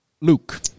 Luke